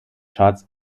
charts